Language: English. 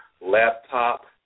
laptop